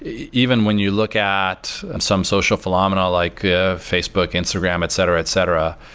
even when you look at some social phenomena, like ah facebook, instagram, etc, etc,